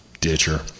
ditcher